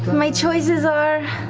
my choices are